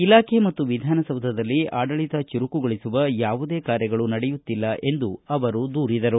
ಇಲಾಖೆ ಮತ್ತು ವಿಧಾನಸೌಧದಲ್ಲಿ ಆಡಳಿತ ಚುರುಕುಗೊಳಿಸುವ ಯಾವುದೇ ಕಾರ್ಯಗಳು ನಡೆಯುತ್ತಿಲ್ಲ ಎಂದು ಅವರು ದೂರಿದರು